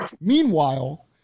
Meanwhile